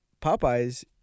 Popeyes